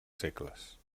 segles